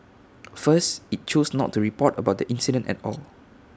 first IT chose not to report about the incident at all